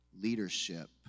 leadership